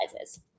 sizes